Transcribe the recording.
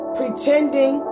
pretending